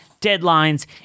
deadlines